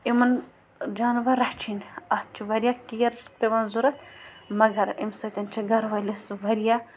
یِمَن جانوَر رَچھِنۍ اَتھ چھِ واریاہ کِیَر چھِ پٮ۪وان ضوٚرَتھ مگر امۍ سۭتۍ چھِ گَرٕ وٲلِس واریاہ